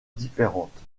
différentes